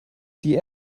die